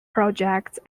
projects